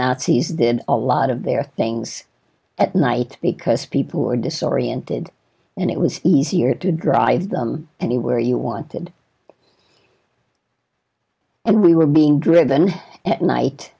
nazis did a lot of their things at night because people were disoriented and it was easier to drive them anywhere you wanted and we were being driven at night